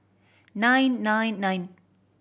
nine nine nine